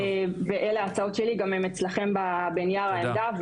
ואלה ההצעות שלי, הן גם אצלכם בנייר העמדה.